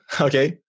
Okay